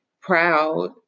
proud